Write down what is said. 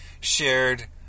shared